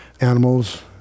animals